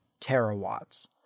terawatts